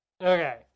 Okay